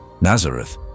Nazareth